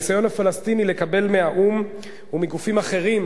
הניסיון הפלסטיני לקבל מהאו"ם ומגופים אחרים